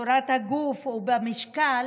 בצורת הגוף או במשקל,